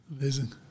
Amazing